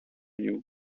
you